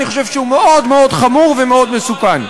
אני חושב שהוא מאוד מאוד חמור ומאוד מסוכן.